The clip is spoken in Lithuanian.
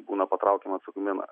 būna patraukiama atsakomybėn